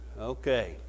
Okay